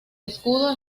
escudo